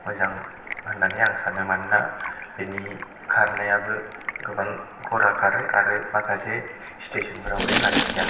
मोजां होननानै आं सानो मानोना बेनि खारनायाबो गोबां खरा खारो आरो माखासे स्टेशन फ्राव बे लाखिया